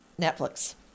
Netflix